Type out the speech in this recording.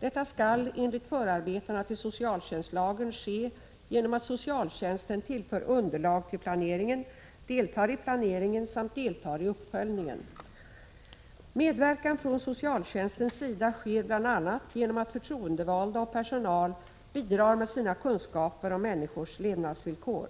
Detta skall enligt förarbetena till socialtjänstlagen ske genom att socialtjänsten tillför underlag till planeringen, deltar i planeringen samt deltar i uppföljningen. Medverkan från socialtjänstens sida sker bl.a. genom att förtroendevalda och personal bidrar med sina kunskaper om människors levnadsvillkor.